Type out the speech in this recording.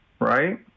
right